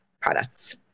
products